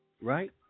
Right